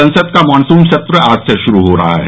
संसद का मॉनसून सत्र आज से शुरू हो रहा है